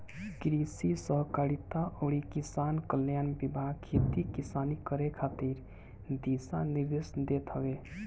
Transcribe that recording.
कृषि सहकारिता अउरी किसान कल्याण विभाग खेती किसानी करे खातिर दिशा निर्देश देत हवे